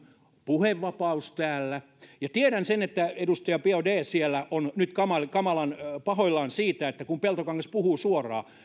puhevapaus täällä ja tiedän sen että edustaja biaudet siellä on nyt kamalan kamalan pahoillaan siitä että peltokangas puhuu suoraan